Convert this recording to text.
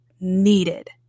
needed